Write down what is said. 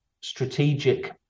strategic